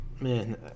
Man